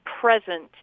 present